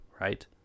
right